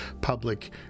public